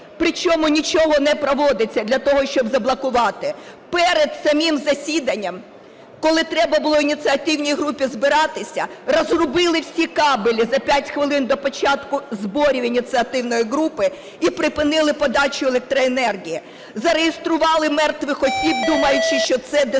причому нічого не проводиться для того, щоб заблокувати. Перед самим засіданням, коли треба було ініціативній групі збиратися, розрубали всі кабелі за 5 хвилин до початку зборів ініціативної групи і припинили подачу електроенергії, зареєстрували мертвих осіб, думаючи, що це дискредитує.